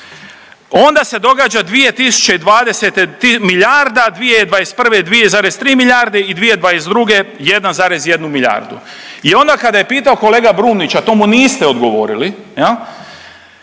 Onda se događa 2020. milijarda, 2021. 2,3 milijarde i 2022. 1,1 milijardu. I onda kada je pitao kolega Brumnića to mu niste odgovorili